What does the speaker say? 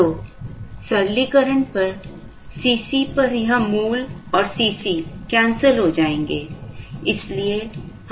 तो सरलीकरण पर C c पर यह मूल और C c cancel हो जाएंगे